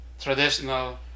traditional